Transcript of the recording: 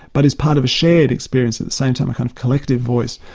but it's part of a shared experience at the same time, a kind of collective voice.